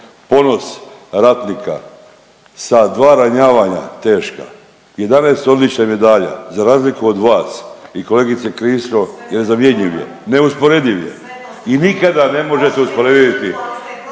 Ponos ratnika sa 2 ranjavanja teška, 11 odličja, medalja za razliku od vas i kolegice Krišto nezamjenjiv je, neusporediv je. …/Upadica Vidović Krišto,